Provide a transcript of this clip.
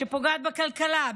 שפוגעת בכלכלה,